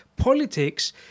Politics